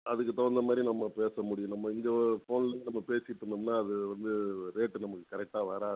அதுக்குத் தகுந்த மாதிரி நம்ம பேச முடியணும் நம்ம இங்கே ஃபோன்ல நம்ம பேசிகிட்டு இருந்தோமுன்னாள் அது வந்து ரேட்டு நமக்கு கரெக்டாக வராது அது